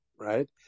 right